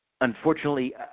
Unfortunately